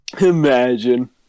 Imagine